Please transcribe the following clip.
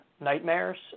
Nightmares